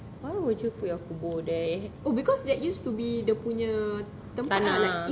why would you put your kubur there tanah ah